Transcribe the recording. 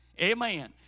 Amen